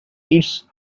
its